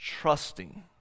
trusting